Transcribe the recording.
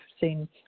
seen